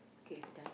kay done